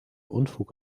unfug